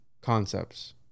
concepts